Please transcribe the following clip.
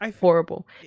horrible